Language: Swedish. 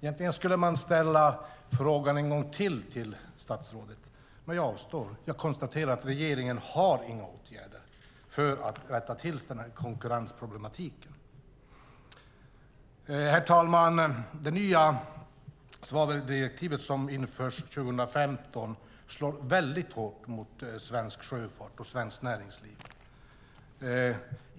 Egentligen skulle man ställa frågan än en gång till statsrådet, men jag avstår. Jag konstaterar att regeringen inte har några åtgärder för att komma till rätta med konkurrensproblematiken. Herr talman! Det nya svaveldirektivet, som införs 2015, slår väldigt hårt mot svensk sjöfart och svenskt näringsliv.